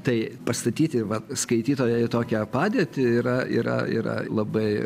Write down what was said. tai pastatyti vat skaitytoją į tokią padėtį yra yra yra labai